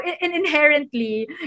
inherently